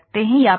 या प्राप्त किया